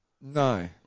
No